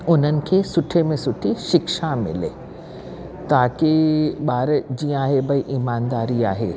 उन्हनि खे सुठे में सुठी शिक्षा मिले ताकि ॿार जीअं आहे भाई ईमानदारी आहे